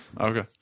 Okay